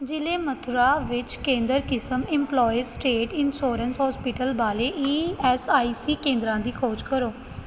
ਜ਼ਿਲ੍ਹੇ ਮਥੁਰਾ ਵਿੱਚ ਕੇਂਦਰ ਕਿਸਮ ਇੰਪਲੋਏ ਸਟੇਟ ਇਸ਼ੋਰੈਂਸ਼ ਹੋਸਪਿਟਲ ਵਾਲੇ ਈ ਐੱਸ ਆਈ ਸੀ ਕੇਂਦਰਾਂ ਦੀ ਖੋਜ ਕਰੋ